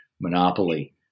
monopoly